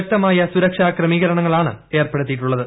ശക്തമായ സുരക്ഷാ ക്രമീകരണങ്ങളാണ് ഏർപ്പെടുത്തിയിട്ടുള്ളത്